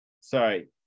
Sorry